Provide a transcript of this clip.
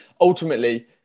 ultimately